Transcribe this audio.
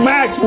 Max